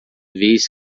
vez